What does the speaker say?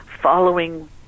following